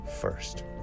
first